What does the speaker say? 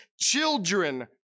children